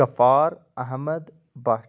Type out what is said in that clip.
Ghaffar Ahmad Bhat